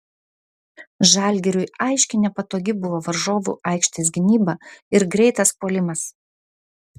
žalgiriui aiškiai nepatogi buvo varžovų aikštės gynyba ir greitas puolimas